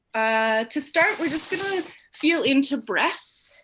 to start, we're just gonna feel into breath.